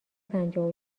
پنجاه